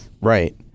Right